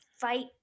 fight